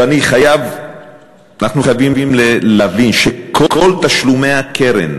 אנחנו חייבים להבין שכל תשלומי הקרן,